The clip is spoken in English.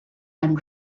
and